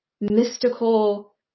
mystical